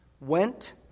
went